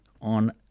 on